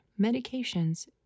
medications